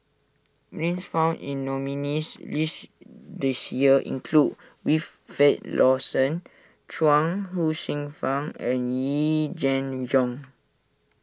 names found in nominees' list this year include Wilfed Lawson Chuang Hsueh Fang and Yee Jenn Jong